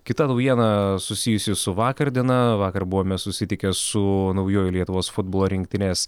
kita naujiena susijusi su vakar diena vakar buvome susitikę su naujuoju lietuvos futbolo rinktinės